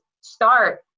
start